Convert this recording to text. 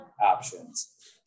options